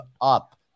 up